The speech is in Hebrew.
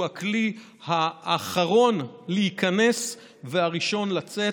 הוא הכלי האחרון להיכנס והראשון לצאת.